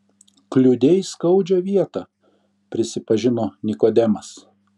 kliudei skaudžią vietą prisipažino nikodemas